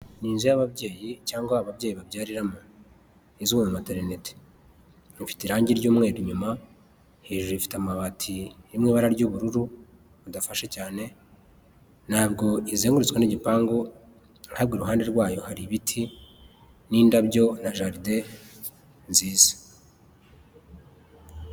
Ni inzu y'ababyeyi cyangwa ababyeyi babyariramo, inzu ya materinete, ifite irangi ry'umweru inyuma, hejuru ifite amabati yo mu ibara ry'ubururu budafashe cyane ntabwo izengurutswe n'igipangu, ahubwo iruhande rwayo hari ibiti n'indabyo na jaride nziza.